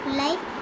life